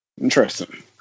Interesting